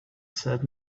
said